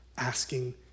asking